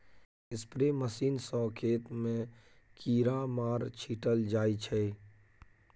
spray machine सँ खेत मे कीरामार छीटल जाइ छै